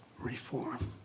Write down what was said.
Reform